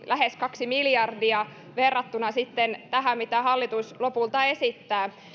lähes kaksi miljardia verrattuna tähän mitä hallitus lopulta esittää